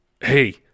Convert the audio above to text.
Hey